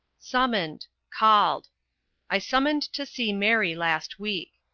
summoned called i summoned to see mary last week.